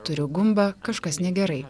turiu gumbą kažkas negerai